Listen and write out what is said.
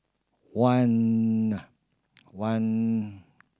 one one